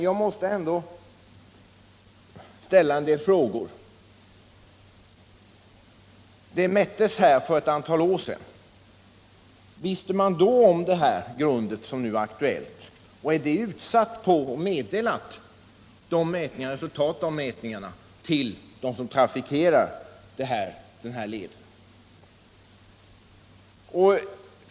Jag måste ändå ställa en del frågor. I dessa farvatten gjorde man mätningar för ett antal år sedan. Visste man då om det här grundet? Är resultatet av de mätningarna utsatt på sjökortet och meddelat dem som trafikerar den här farleden?